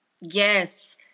Yes